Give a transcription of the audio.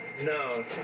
No